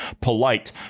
polite